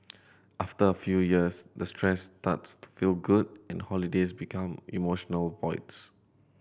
after a few years the stress starts to feel good and holidays become emotional voids